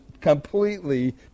completely